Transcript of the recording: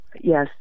Yes